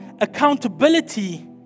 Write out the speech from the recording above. accountability